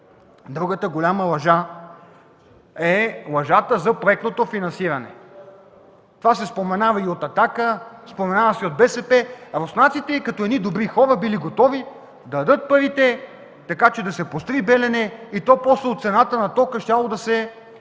Другата голяма лъжа е лъжата за проектното финансиране. Това се споменава и от „Атака”, и от БСП. Руснаците като добри хора били готови да дадат парите, така че да се построи „Белене” и после от цената на тока щяло да се